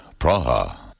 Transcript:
Praha